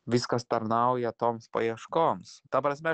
viskas tarnauja toms paieškoms ta prasme